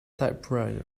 typewriter